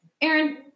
Aaron